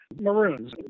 maroons